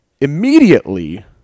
Immediately